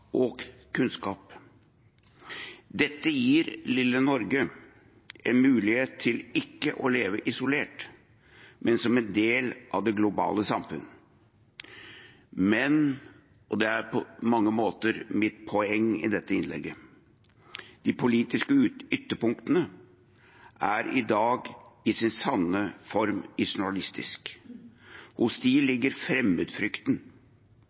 Dette gir lille Norge en mulighet til ikke å leve isolert, men som en del av det globale samfunnet. Men – og det er på mange måter mitt poeng i dette innlegget – de politiske ytterpunktene er i dag i sin sanne form isolasjonistiske. Hos dem ligger fremmedfrykten.